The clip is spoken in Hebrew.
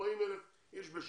מ-40,000 אנשים בשנה.